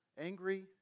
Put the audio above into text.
angry